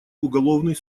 уголовный